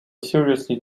seriously